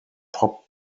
pop